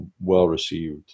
well-received